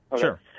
Sure